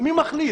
מי מחליט?